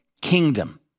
kingdom